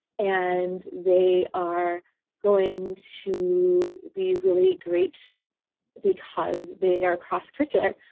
and they are going to be really great because they are cross-curricular,